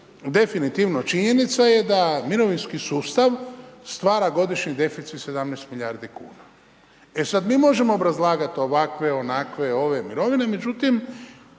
definitivno činjenica je da mirovinski sustav stvara godišnji deficit 17 milijardi kuna. E sad, mi možemo obrazlagat ovakve, onakve, ove mirovine, međutim